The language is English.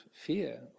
fear